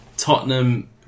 Tottenham